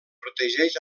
protegeix